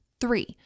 Three